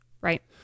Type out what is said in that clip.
Right